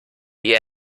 die